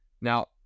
Now-